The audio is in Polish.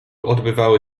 odbywały